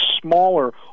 smaller